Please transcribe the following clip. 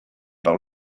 par